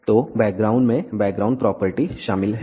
तो बैकग्राउंड में background property शामिल हैं